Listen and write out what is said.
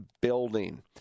building